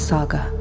Saga